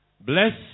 Bless